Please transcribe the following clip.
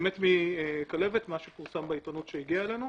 שמת מכלבת, מה שפורסם בעיתונות שהגיעה אלינו,